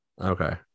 Okay